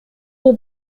will